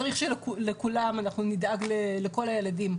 צריך שנדאג לכל הילדים,